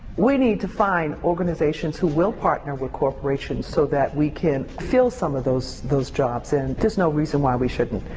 we need to find organizations who will partner with corporations so that we can fill some of those those jobs and there's no reason why we shouldn't.